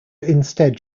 instead